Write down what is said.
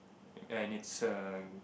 and it's a